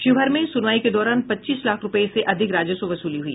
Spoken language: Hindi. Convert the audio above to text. शिवहर में सुनवाई के दौरान पच्चीस लाख रूपये से अधिक राजस्व वसूली हुई